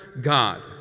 God